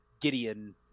Gideon